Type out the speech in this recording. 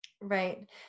Right